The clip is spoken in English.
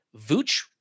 Vooch